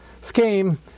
scheme